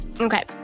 Okay